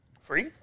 Free